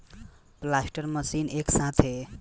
planter machine एक साथे अड़तालीस से चौवन लाइन के बोआई क सकेला